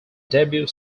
debut